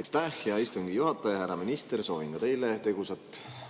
Aitäh, hea istungi juhataja! Härra minister! Soovin ka teile tegusat